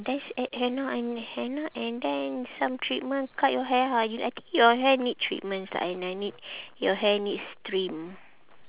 there's hen~ henna and henna and then some treatment cut your hair ah you I think your hair need treatments lah and I need your hair needs trim